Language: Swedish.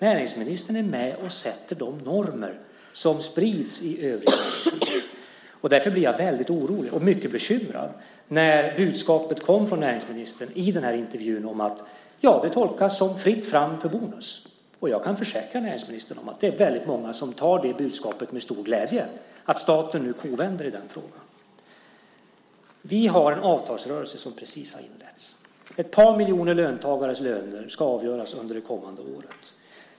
Näringsministern är med och sätter de normer som sprids i övriga näringslivet. Därför blev jag väldigt orolig och mycket bekymrad när budskapet kom från näringsministern i den här intervjun. Det tolkas som fritt fram för bonus. Och jag kan försäkra näringsministern att det är väldigt många som med stor glädje tar emot budskapet att staten nu kovänder i den frågan. Vi har en avtalsrörelse som precis har inletts. Ett par miljoner löntagares löner ska avgöras under det kommande året.